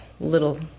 Little